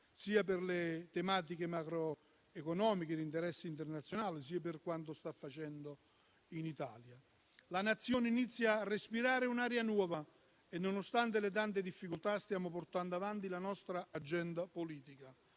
sia per le tematiche macroeconomiche di interesse internazionale, sia per quanto sta facendo in Italia. Il Paese inizia a respirare un'aria nuova e, nonostante le tante difficoltà, stiamo portando avanti la nostra agenda politica,